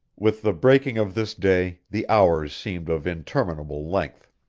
with the breaking of this day the hours seemed of interminable length.